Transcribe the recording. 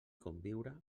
conviure